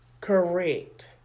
Correct